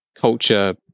culture